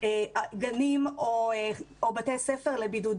גנים או בתי ספר לבידוד.